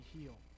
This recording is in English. heal